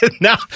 Now